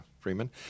Freeman